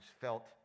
felt